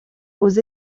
aux